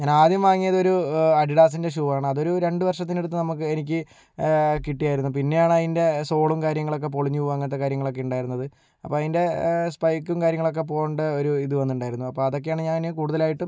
ഞാൻ ആദ്യം വാങ്ങിയത് ഒരു അഡിഡാസിൻ്റെ ഷൂ ആണ് അത് ഒരു രണ്ട് വർഷത്തിൻ്റെ അടുത്ത് നമുക്ക് എനിക്ക് കിട്ടിയിരുന്നു പിന്നെയാണ് അതിൻ്റെ സോളും കാര്യങ്ങളൊക്കെ പൊളിഞ്ഞു പോകാൻ അങ്ങനത്തെ കാര്യങ്ങളൊക്കെ ഇണ്ടായിരുന്നത് അപ്പ അതിൻ്റെ സ്പൈക്കും കാര്യങ്ങളൊക്കെ പോകേണ്ട ഒരു ഇത് വന്നിട്ടുണ്ടായിരുന്നു അപ്പ അതൊക്കെയാണ് ഞാന് കൂടുതലായിട്ടും